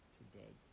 today